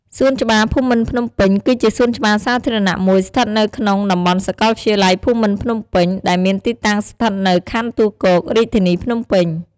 សួនច្បារភូមិន្ទភ្នំពេញ គឺជាសួនច្បារសាធារណៈមួយស្ថិតនៅក្នុងតំបន់សាកលវិទ្យាល័យភូមិន្ទភ្នំពេញ ដែលមានទីតាំងស្ថិតនៅខណ្ឌទួលគោក រាជធានីភ្នំពេញ។